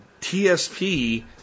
TSP